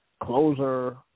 closer